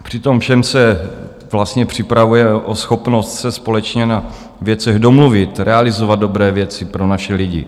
Při tom všem se vlastně připravujeme o schopnost se společně na věcech domluvit, realizovat dobré věci pro naše lidi.